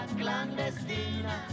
clandestina